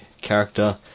character